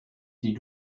die